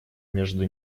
между